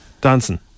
Dancing